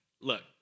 look